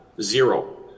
zero